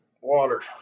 water